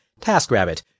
TaskRabbit